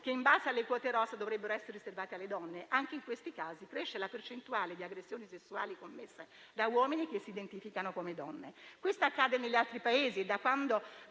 che in base alle quote rosa dovrebbero essere riservati alle donne. Anche in questi casi, cresce la percentuale di aggressioni sessuali commesse da uomini che si identificano come donne. Questo accade negli altri Paesi